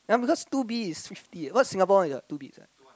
ya because two B is fifty what Singapore one is what two Bs right